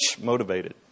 motivated